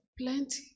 plenty